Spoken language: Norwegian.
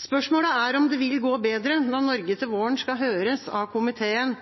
Spørsmålet er om det vil gå bedre når Norge til